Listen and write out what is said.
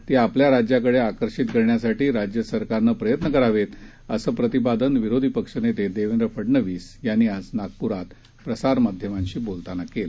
तीआपल्याराज्याकडेआकर्षितकरण्यासाठीराज्यसरकारनंप्रयत्नकरावेत असंप्रतिपादनविरोधीपक्षनेतेदेवेंद्रफडनवीसयांनीआजनागपुरातप्रसारमाध्यमांशीबोलतांनाकेलं